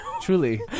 truly